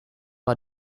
war